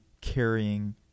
carrying